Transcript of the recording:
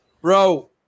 bro